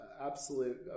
absolute